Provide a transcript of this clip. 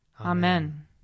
Amen